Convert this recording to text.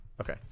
Okay